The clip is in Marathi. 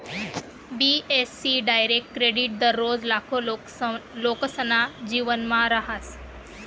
बी.ए.सी डायरेक्ट क्रेडिट दररोज लाखो लोकेसना जीवनमा रहास